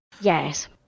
Yes